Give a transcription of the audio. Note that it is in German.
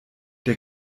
der